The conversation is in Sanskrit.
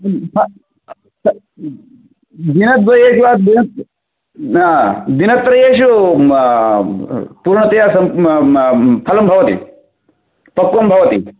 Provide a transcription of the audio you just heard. दिनद्वये अथवा दिन दिनत्रयेषु पूर्णतया फलं भवति पक्वं भवति